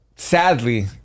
Sadly